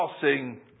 passing